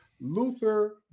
Luther